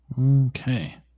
Okay